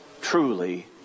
truly